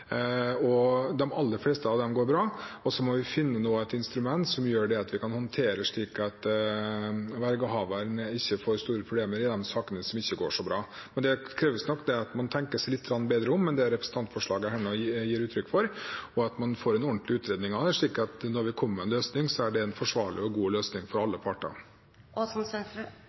slik at vergehaverne ikke får store problemer i de sakene som ikke går så bra. Det krever nok at man tenker seg litt bedre om enn det dette representantforslaget gir uttrykk for, og at man får en ordentlig utredning av det, slik at når vi kommer med en løsning, er det en forsvarlig og god løsning for alle parter.